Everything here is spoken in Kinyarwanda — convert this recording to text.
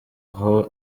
aho